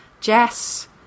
Jess